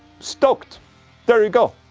stoked there you go,